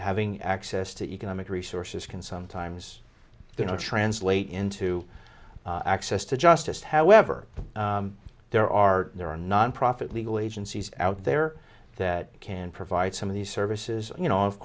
having access to economic resources can sometimes you know translate into access to justice however there are there are nonprofit legal agencies out there that can provide some of these services you know of